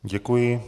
Děkuji.